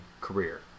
career